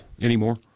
anymore